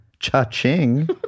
Cha-ching